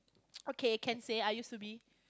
okay can say I used to be